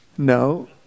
no